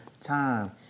time